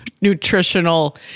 nutritional